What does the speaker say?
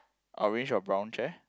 orange or brown chair